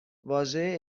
واژه